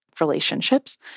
relationships